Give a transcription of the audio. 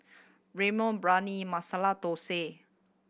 Ramyeon Biryani Masala Dosa